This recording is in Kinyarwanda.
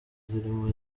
zirimo